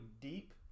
deep